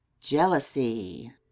Jealousy